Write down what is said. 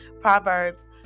Proverbs